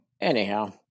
Anyhow